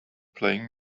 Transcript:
playing